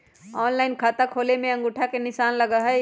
Online खाता खोले में अंगूठा के निशान लगहई?